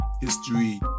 history